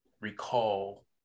recall